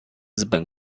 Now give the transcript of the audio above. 日本